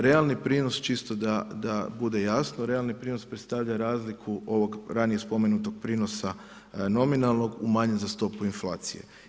Realni prinos, čisto da bude jasno, realni prinos predstavlja razliku ovog ranije spomenutog prinosa nominalnog umanjen za stopu inflacije.